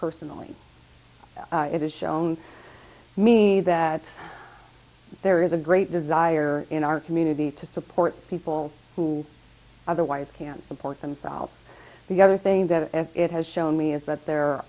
personally it is shown me that there is a great desire in our community to support people who otherwise can't support themselves the other thing that it has shown me is that there